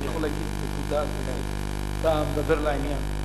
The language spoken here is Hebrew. אני יכול להגיד נקודה, אדוני, אתה מדבר לעניין.